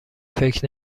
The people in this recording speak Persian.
فکر